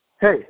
Hey